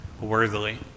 worthily